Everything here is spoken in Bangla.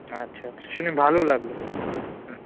আচ্ছা আচ্ছা শুনে ভালো লাগল হুম